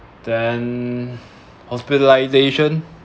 then hospitalisation